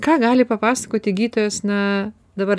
ką gali papasakoti gydytojas na dabar